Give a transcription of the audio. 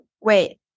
Wait